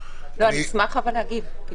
אבל אני אשמח להגיב.